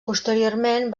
posteriorment